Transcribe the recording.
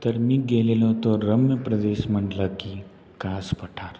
तर मी गेलेलो होतो रम्य प्रदेश म्हटलं की कासपठार